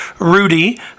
Rudy